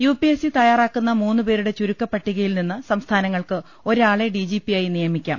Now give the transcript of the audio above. U P S C തയ്യാറാക്കുന്ന മൂന്ന് പേരുടെ ചുരുക്കപ്പട്ടികയിൽ നിന്ന് സ്ഠസ്ഥാനങ്ങൾക്ക് ഒരാളെ ഡി ജി പിയായി നിയമിക്കാം